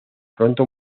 pronto